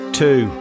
two